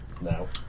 No